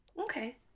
okay